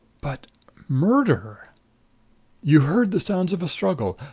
but murder you heard the sounds of a struggle.